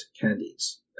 candies